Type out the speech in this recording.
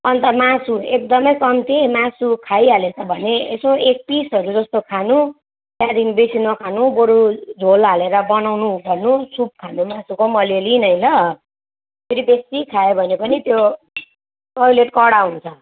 अन्त मासु एकदमै कम्ती मासु खाइहालेछ भने यसो एक पिसहरूजस्तो खानु त्यहाँदेखि बेसी नखानु बरु झोल हालेर बनाउनु भन्नु सुप खानु मासुको पनि अलिअलि नै ल फेरि बेसी खायो भने पनि त्यो टयलेट कडा हुन्छ